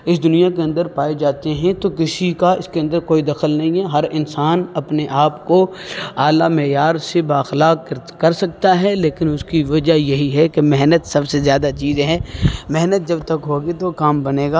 اس دنیا کے اندر پائے جاتے ہیں تو کسی کا اس کے اندر کوئی دخل نہیں ہے ہر انسان اپنے آپ کو اعلیٰ معیار سے بااخلاق کر سکتا ہے لیکن اس کی وجہ یہی ہے کہ محنت سب سے زیادہ چیز ہے محنت جب تک ہوگی تو کام بنے گا